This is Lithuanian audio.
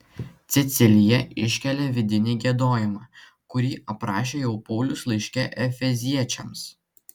cecilija iškelia vidinį giedojimą kurį aprašė jau paulius laiške efeziečiams